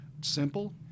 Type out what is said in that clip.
simple